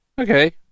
Okay